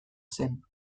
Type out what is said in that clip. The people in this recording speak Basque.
zen